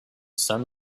sun